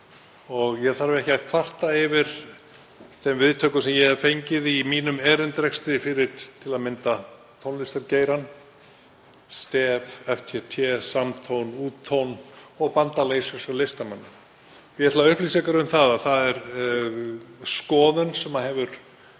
Ég þarf ekki að kvarta yfir þeim viðtökum sem ég hef fengið í mínum erindrekstri fyrir til að mynda tónlistargeirann, STEF, FTT, Samtón, ÚTÓN og Bandalag íslenskra listamanna. Ég ætla að upplýsa ykkur um það að sú skoðun hefur